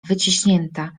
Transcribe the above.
wyciśnięta